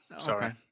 Sorry